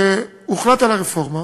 כשהוחלט על הרפורמה